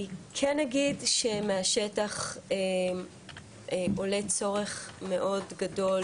אני כן אגיד שמהשטח עולה צורך מאוד גדול